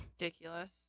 ridiculous